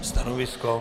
Stanovisko?